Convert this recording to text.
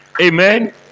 Amen